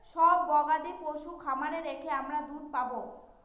সব গবাদি পশু খামারে রেখে আমরা দুধ পাবো